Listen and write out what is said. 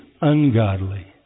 ungodly